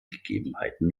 gegebenheiten